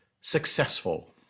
successful